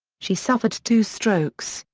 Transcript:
she suffered two strokes,